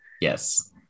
Yes